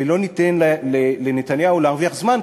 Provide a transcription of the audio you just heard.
ולא ניתן לנתניהו להרוויח זמן,